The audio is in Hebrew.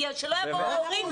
שלא יבואו אחר כך הורים בטענות.